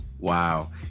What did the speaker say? Wow